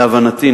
להבנתי,